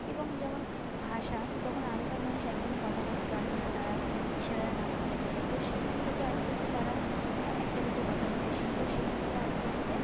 এবং যেমন ভাষা যখন আগেকার মানুষ একদমই কথা বলতে পারতো না তারা ইশারার মাধ্যমে বোঝাতো সেখান থেকে আস্তে আস্তে তারা একটা দুটো কথা বলতে শিখলো সেখান থেকে আস্তে আস্তে